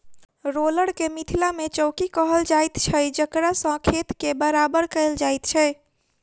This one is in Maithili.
रोलर के मिथिला मे चौकी कहल जाइत छै जकरासँ खेत के बराबर कयल जाइत छै